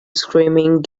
screaming